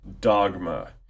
dogma